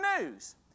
news